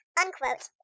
unquote